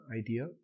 idea